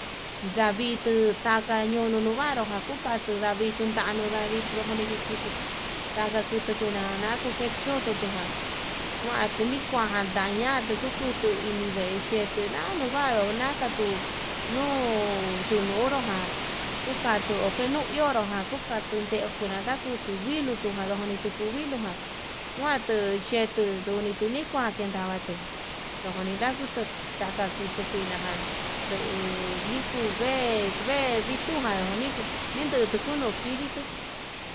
Ndavitu tukata ñonro novaru ndavitu, ndanuu ndavitu ndanuu kukutu ndana kuku kuinana nduke'e choto tuján njuantu nikuajan taña'a, tu'u kukutu ini veix ndetuu na'a nuvaru nakatu nuu yununru ján kukatu oke nuu ionro jan kukatun nde ukuranta, kutu viluu tujan none nituku viluu ján kuandu xhetuu nduni tunikuan nduken ndavatu ndojo nanitu ndanii nakutu kuina ján, nduu nikuu vee vidujan niko nituu nuko kiditu.